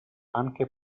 anche